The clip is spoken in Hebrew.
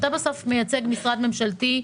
אתה מייצג משרד ממשלתי,